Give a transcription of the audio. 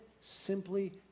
simply